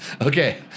Okay